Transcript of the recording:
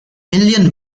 million